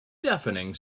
deafening